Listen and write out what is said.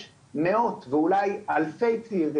יש מאות ואולי אלפי צעירים,